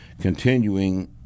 continuing